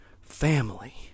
family